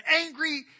angry